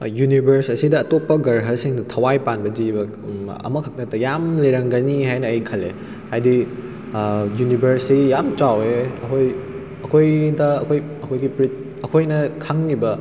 universe ꯑꯁꯤꯗ ꯑꯇꯣꯞꯄ ꯒ꯭ꯔꯍꯁꯤꯡꯗ ꯊꯋꯥꯏ ꯄꯥꯟꯕ ꯖꯤꯕ ꯑꯃꯈꯛ ꯅꯠꯇ ꯌꯥꯝ ꯂꯩꯔꯝꯒꯅꯤ ꯍꯥꯏꯅ ꯑꯩ ꯈꯜꯂꯦ ꯍꯥꯏꯗꯤ ꯌꯨꯅꯤꯕꯔꯁꯦ ꯌꯥꯝ ꯆꯥꯎꯋꯦ ꯑꯩꯈꯣꯏ ꯑꯩꯈꯣꯏꯗ ꯑꯩꯈꯣꯏ ꯑꯩꯈꯣꯏꯒꯤ ꯑꯩꯈꯣꯏꯅ ꯈꯪꯂꯤꯕ